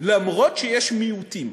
למרות הימצאות מיעוטים.